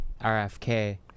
RFK